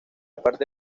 parte